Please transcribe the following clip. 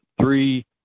three